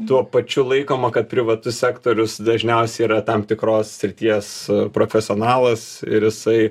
tuo pačiu laikoma kad privatus sektorius dažniausiai yra tam tikros srities profesionalas ir jisai